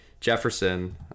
Jefferson